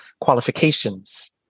qualifications